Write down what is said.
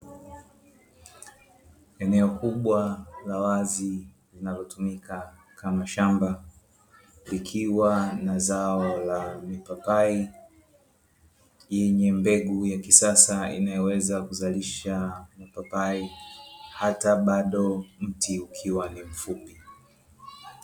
Eneo kubwa la wazi, linalo tumika kama shamba, likiwa na zao la mipapai yenye mbegu ya kisasa, inayoweza kuzalisha mapapai hata bado mti ukiwa ni mfupi.